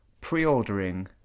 Pre-ordering